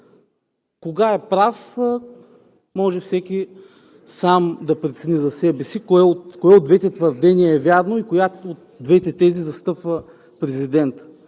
Кога е прав? Всеки може да прецени сам за себе си кое от двете твърдения е вярно и коя от двете тези застъпва президентът.